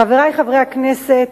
חברי חברי הכנסת,